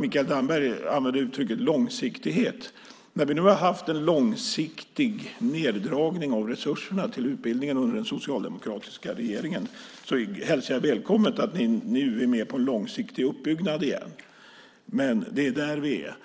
Mikael Damberg använde uttrycket "långsiktighet". När vi nu har haft en långsiktig neddragning av resurserna till utbildningen under den socialdemokratiska regeringen hälsar jag välkommet att ni nu är med på en långsiktig uppbyggnad igen. Men det är där vi är.